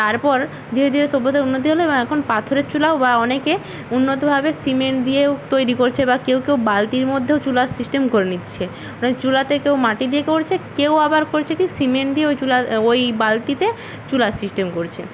তারপর ধীরে ধীরে সভ্যতার উন্নতি হল এবং এখন পাথরের চুলাও বা অনেকে উন্নতভাবে সিমেন্ট দিয়েও তৈরি করছে বা কেউ কেউ বালতির মধ্যেও চুলার সিস্টেম করে নিচ্ছে চুলাতে কেউ মাটি দিয়ে করছে কেউ আবার করছে কি সিমেন্ট দিয়ে ওই চুলার ওই বালতিতে চুলার সিস্টেম করছে